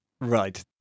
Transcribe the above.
Right